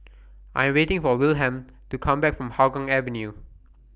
I Am waiting For Wilhelm to Come Back from Hougang Avenue